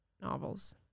novels